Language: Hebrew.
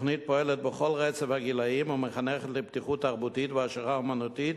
התוכנית פועלת בכל רצף הגילאים ומחנכת לפתיחות תרבותית והעשרה אמנותית